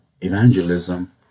evangelism